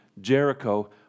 Jericho